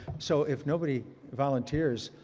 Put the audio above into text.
so if nobody volunteers,